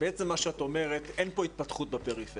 בעצם מה שאת אומרת, אין פה התפתחות בפריפריה.